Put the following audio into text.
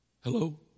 Hello